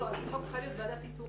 לא, על פי חוק צריכה להיות ועדת איתור.